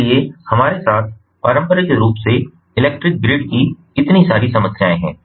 इसलिए हमारे साथ पारंपरिक रूप से इलेक्ट्रिक ग्रिड की इतनी सारी समस्याएं हैं